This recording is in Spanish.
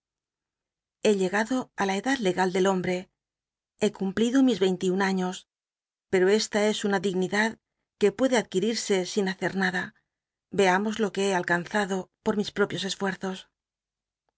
he llegado i la edad legal del hombre be cumplido mis cinliun aiíos pero csla es una dignidacl que puede adquil'i rsc sin ha cer nada c tmos ij que he alca nzado j oi mis propios